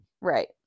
Right